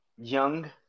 young